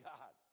God